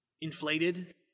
inflated